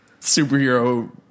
superhero